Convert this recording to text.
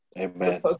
Amen